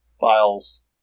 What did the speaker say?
files